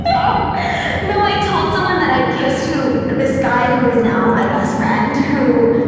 um no. i told someone that i kissed who, this guy who is now my best friend. who.